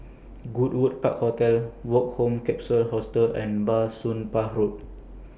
Goodwood Park Hotel Woke Home Capsule Hostel and Bah Soon Pah Road